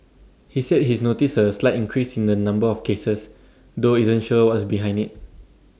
he said he's noticed A slight increase in the number of cases though isn't sure what's behind IT